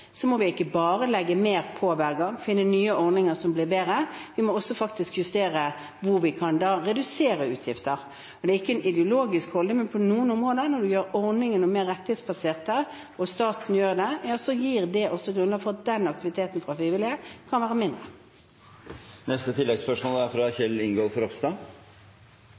vi i et budsjett ikke bare må legge mer på hver gang, men også finne nye ordninger som blir bedre – at vi også må justere og se hvor vi kan redusere utgiftene. Det er ikke en ideologisk holdning. Men på noen områder, når man gjør ordningene mer rettighetsbaserte og statlige, gir det også grunnlag for at den aktiviteten fra frivillige kan være mindre. Kjell Ingolf Ropstad